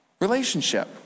relationship